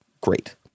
great